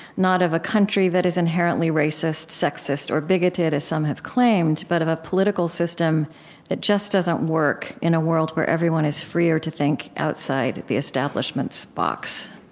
not of a country that is inherently racist, sexist, or bigoted, as some have claimed, but of a political system that just doesn't work in a world where everyone is freer to think outside the establishment's box.